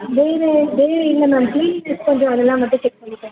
இல்லை ma'am cleanness கொஞ்சம் அதெல்லாம் மட்டும் செக் பண்ணிக்கோங்க